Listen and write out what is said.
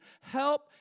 help